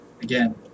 again